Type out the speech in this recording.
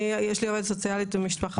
יש לי עובדת סוציאלית למשפחה.